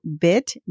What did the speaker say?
bit